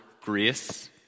grace